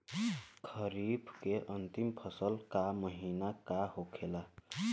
खरीफ के अंतिम फसल का महीना का होखेला?